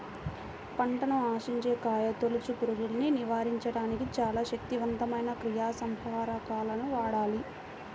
పంటను ఆశించే కాయతొలుచు పురుగుల్ని నివారించడానికి చాలా శక్తివంతమైన క్రిమిసంహారకాలను వాడాలి